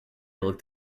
looked